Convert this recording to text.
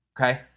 Okay